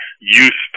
use